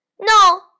No